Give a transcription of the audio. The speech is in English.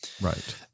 right